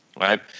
right